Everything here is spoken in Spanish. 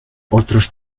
otros